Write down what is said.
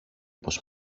πως